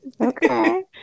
Okay